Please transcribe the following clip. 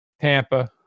Tampa